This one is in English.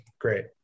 Great